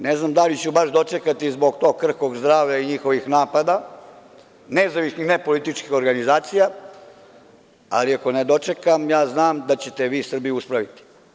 Ne znam da li ću baš dočekati zbog tog krhkog zdravlja i njihovih napada, nezavisnih i nepolitičkih organizacija, ali ako ne dočekam ja znam da ćete vi Srbiju uspraviti.